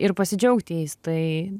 ir pasidžiaugti jais tai